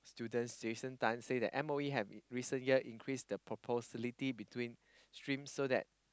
students Jason-Tan say that M_O_E have recently year increased the between stream so that